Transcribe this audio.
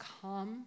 come